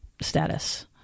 status